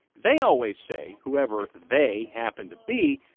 they always say, whoever they happened to be,